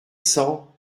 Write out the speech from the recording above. cents